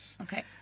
Okay